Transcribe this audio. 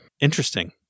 Interesting